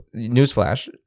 newsflash